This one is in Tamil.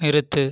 நிறுத்து